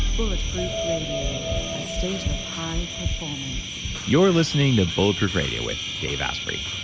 bullet proof radio, a state of high performance you're listening to bulletproof radio with dave asprey